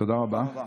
תודה רבה.